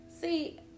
See